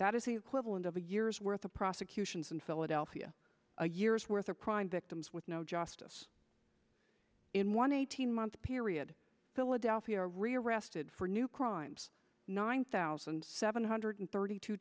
that is the equivalent of a year's worth of prosecutions in philadelphia a years worth of crime victims with no justice in one eighteen month period philadelphia rearrested for new crimes nine thousand seven hundred thirty two